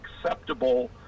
acceptable